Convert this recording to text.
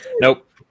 nope